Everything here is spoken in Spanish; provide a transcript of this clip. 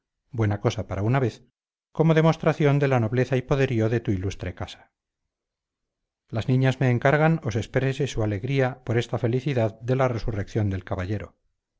buena cosa para una vez como demostración de la nobleza y poderío de tu ilustre casa las niñas me encargan os exprese su alegría por esta felicidad de la resurrección del caballero